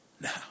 now